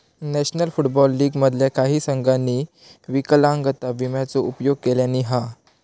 national Football League मधल्या काही संघांनी विकलांगता विम्याचो उपयोग केल्यानी हा